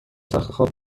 تختخواب